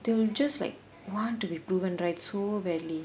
they will just like want to be proven right so badly